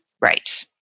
Right